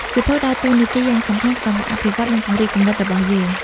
សៀវភៅដើរតួនាទីយ៉ាងសំខាន់ក្នុងការអភិវឌ្ឍ និងពង្រីក គំនិត របស់យើង។